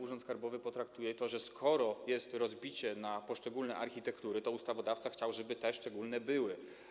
Urząd skarbowy potraktuje to tak, że skoro jest rozbicie na poszczególne architektury, to ustawodawca chciał, żeby takie poszczególne były.